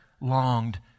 longed